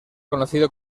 conocido